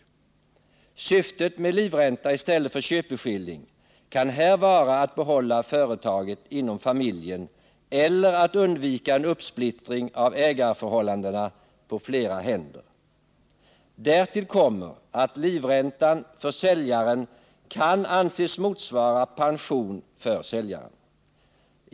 Syftet med livränta i stället för köpeskilling kan här vara att behålla företaget inom familjen eller att undvika en uppsplittring av ägandeförhållandena på flera händer. Därtill kommer att livräntan för säljaren kan anses motsvara pension för säljaren.